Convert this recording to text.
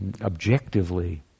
objectively